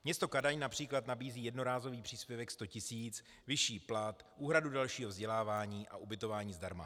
Město Kadaň například nabízí jednorázový příspěvek 100 tisíc, vyšší plat, úhradu dalšího vzdělávání a ubytování zdarma.